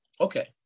Okay